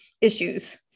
issues